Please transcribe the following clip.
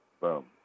boom